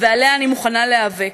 ועליה אני מוכנה להיאבק.